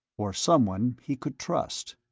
or someone he could trust?